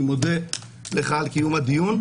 אני מודה לך על הדיון,